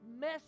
mess